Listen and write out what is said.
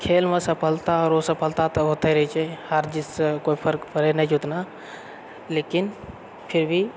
खेलमे सफलता आओर असफलता तऽ होते रहै छै हार जीतसँ कोइ फरक पड़ै नहि छै ओतना लेकिन फिरभी